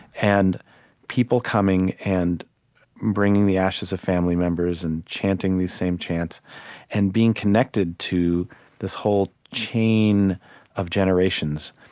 and people coming and bringing the ashes of family members and chanting these same chants and being connected to this whole chain of generations,